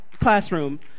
classroom